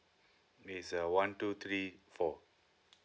it's uh one two three four